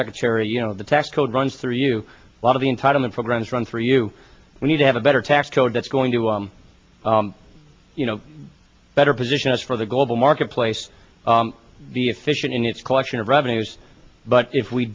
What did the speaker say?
secretary you know the tax code runs through you a lot of the entitlement programs run for you we need to have a better tax code that's going to you know better position us for the global marketplace the efficient in its collection of revenues but if we